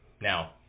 Now